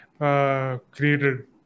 Created